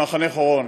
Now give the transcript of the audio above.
במחנה חורון.